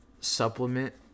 supplement